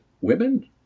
women